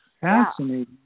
fascinating